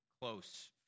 close